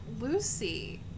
Lucy